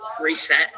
reset